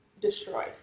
destroyed